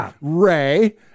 Ray